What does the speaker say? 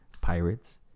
pirates